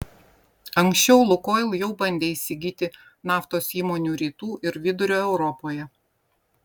anksčiau lukoil jau bandė įsigyti naftos įmonių rytų ir vidurio europoje